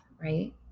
right